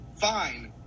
fine